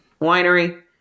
winery